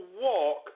walk